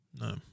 No